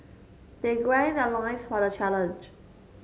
they greed their loins for the challenge